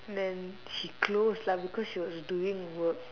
then she close lah because she was doing work